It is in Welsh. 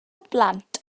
blant